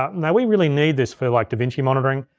now we really need this for like davinci monitoring.